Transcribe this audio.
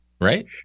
right